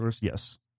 Yes